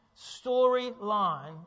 storyline